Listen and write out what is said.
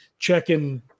Checking